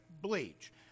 bleach